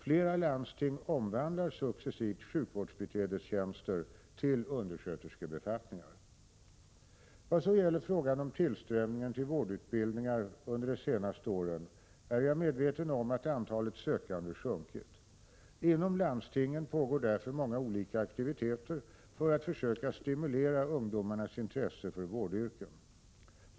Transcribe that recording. Flera landsting omvandlar successivt sjukvårdsbiträdestjänster till undersköterskebefattningar. Vad så gäller frågan om tillströmningen till vårdutbildningar under de senaste åren är jag medveten om att antalet sökande sjunkit. Inom landstingen pågår därför många olika aktiviteter för att försöka stimulera ungdomarnas intresse för vårdyrken.